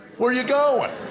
where you going? i